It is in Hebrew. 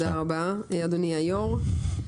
תודה רבה, אדוני היו"ר.